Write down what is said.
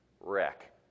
wreck